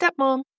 stepmom